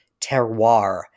terroir